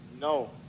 no